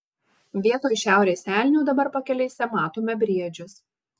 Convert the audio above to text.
vietoj šiaurės elnių dabar pakelėse matome briedžius